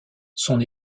son